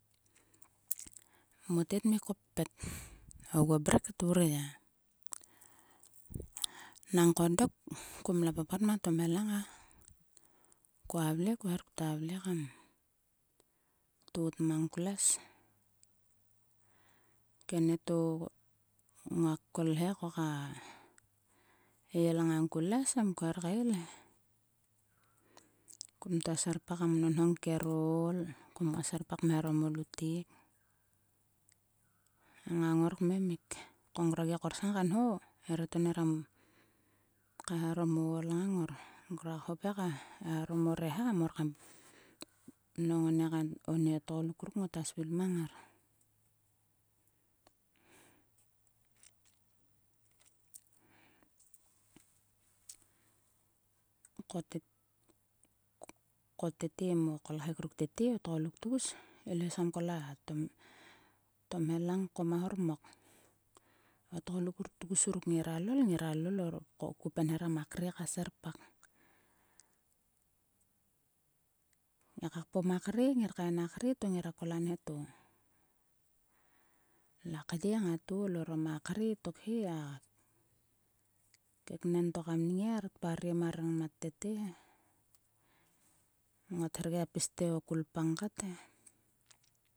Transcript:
Mote tmi koppet. oguo mrek tvur ya. Nangko dok kom la papat ma tom helang e. Koa vle, kher ktua vle kam tot mang klues. Kenieto nguak kol he koka el ngang ko les em kher kael he. Kom tua serpak kam nonhong kero ool. Koma serpak kmeharom o lutek, ngangor kmmik. Ko ngrogia korsang gia nho erieto ner kaeharom o ool ngang ngor. Ngruak hop he kaeharom o reha mor kam nhong oni kain. Oni tgoluk ruk ngota mang ngar. Ko tete mo kolkhek ruk tete. O tgoluk tgus. I lo is kam kol a tomhelang ko ma hormok. O tgoluk ruk tgus ngira lol. Ngira lol ko penherom a kre ka serpak. Ngiak ka kpom a kre. ngir kain a kre to ngira kol anieto. La kye ngat ol orom a kre tokhe. a keknen to kam ningiar parem a rengmat tete he. Ngot her gia pis te o kulpang kat he.